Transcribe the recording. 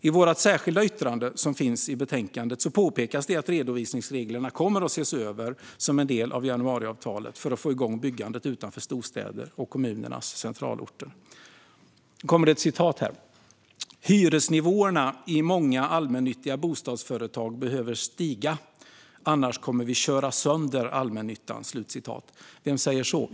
I vårt särskilda yttrande i betänkandet påpekas det att redovisningsreglerna kommer att ses över som en del av januariavtalet för att få igång byggandet utanför storstäder och kommunernas centralorter. "Hyresnivåerna i många allmännyttiga bostadsföretag behöver stiga. - Annars kommer vi att köra sönder allmännyttan." Vem säger så?